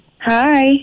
Hi